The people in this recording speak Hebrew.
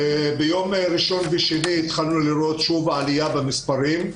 בימים ראשון ושני התחלנו לראות שוב עלייה במספרים.